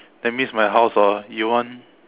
that means my house orh you want